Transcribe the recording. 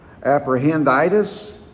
apprehenditis